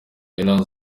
islands